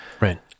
Right